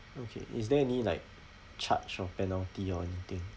okay is there any like charge or penalty or anything